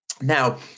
Now